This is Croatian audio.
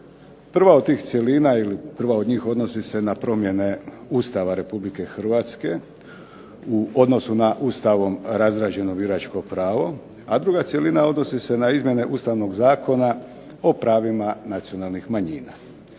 prva od njih odnosi se na promjene Ustava Republike Hrvatske u odnosu na Ustavom razrađeno biračko pravo, a druga cjelina odnose se na izmjene Ustavnog zakona o pravima nacionalnih manjina.